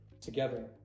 together